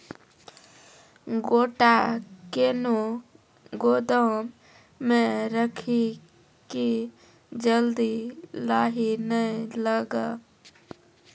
गोटा कैनो गोदाम मे रखी की जल्दी लाही नए लगा?